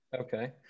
Okay